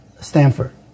Stanford